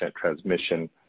transmission